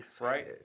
Right